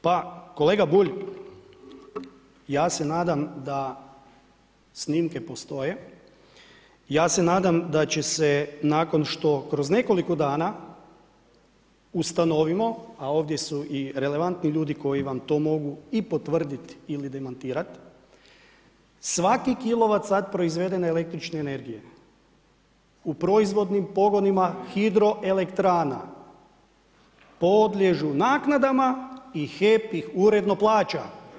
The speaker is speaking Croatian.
Pa kolega Bulj, ja se nadam da snimke postoje, ja se nadam da će se nakon što kroz nekoliko dana ustanovimo, a ovdje su i relevantni ljudi koji vam to mogu i potvrditi ili demantirati, svaki kilovatsat proizvedene električne energije u proizvodnim pogonima hidroelektrana podliježu naknadama i HEP ih uredno plaća.